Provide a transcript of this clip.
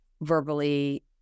verbally